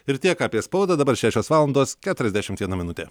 ir tiek apie spaudą dabar šešios valandos keturiasdešimt viena minutė